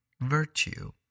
virtue